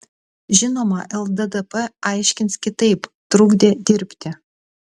žinoma lddp aiškins kitaip trukdė dirbti